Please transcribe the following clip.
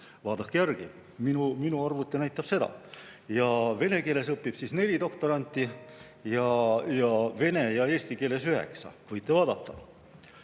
vaadake järgi. Minu arvuti näitab seda. Vene keeles õpib neli doktoranti, vene ja eesti keeles üheksa – võite vaadata.